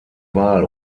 wahl